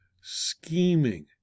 scheming